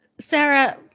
Sarah